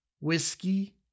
whiskey